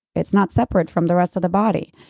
it's not separate from the rest of the body.